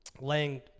laying